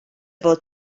fod